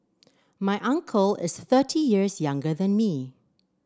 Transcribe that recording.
my uncle is thirty years younger than me